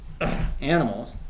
animals